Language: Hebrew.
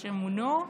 שמונו,